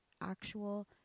actual